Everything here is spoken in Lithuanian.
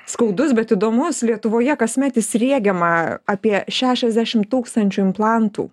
skaudus bet įdomus lietuvoje kasmet įsriegiama apie šašiasdešim tūkstančių implantų